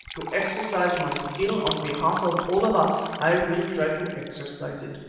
to exercise my skill on behalf of all of us, i will try to exercise it,